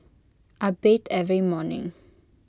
I bathe every morning